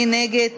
מי נגד?